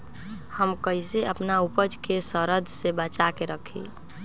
हम कईसे अपना उपज के सरद से बचा के रखी?